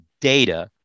data